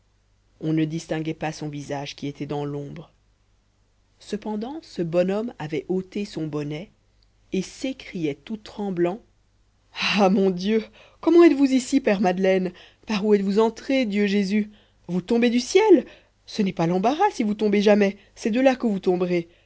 on ne distinguait pas son visage qui était dans l'ombre cependant ce bonhomme avait ôté son bonnet et s'écriait tout tremblant ah mon dieu comment êtes-vous ici père madeleine par où êtes-vous entré dieu jésus vous tombez donc du ciel ce n'est pas l'embarras si vous tombez jamais c'est de là que vous tomberez